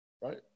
right